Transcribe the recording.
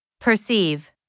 Perceive